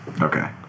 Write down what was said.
Okay